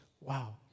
Wow